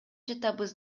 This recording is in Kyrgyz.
жатабыз